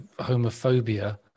homophobia